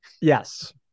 yes